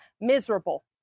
miserable